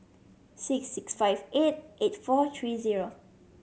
six six five eight eight four three zero